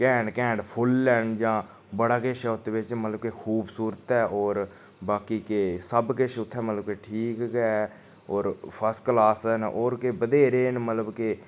कैंट cantt full हैन जां बड़ा किश ओह्दे बिच्च मतलब के खूबसूरत ऐ होर बाकी के सब किश उत्थै मतलब के ठीक गै होर फर्स्ट क्लास न होर बी बथेरे न मतलब के